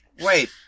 Wait